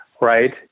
right